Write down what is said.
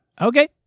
Okay